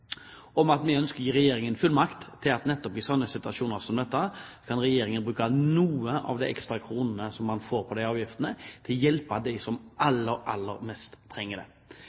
om at vi ønsker å gi Regjeringen fullmakt til nettopp i slike situasjoner å bruke noen av de ekstra kronene som man får inn i avgifter, til å hjelpe dem som trenger det aller mest. Det